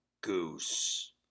goose